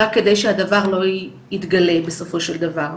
רק כדי שהדבר לא יתגלה בסופו של דבר.